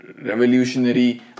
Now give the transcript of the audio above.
revolutionary